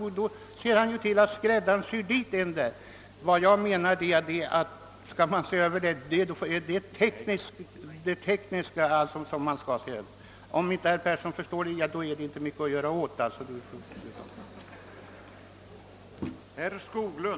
Jag menar alltså att det är det tekniska som skall ses över när det gäller rationaliseringskungörelsen och = tilllämpningsföreskrifterna. Om inte herr Persson i Heden förstår detta, är det inte mycket att göra åt saken.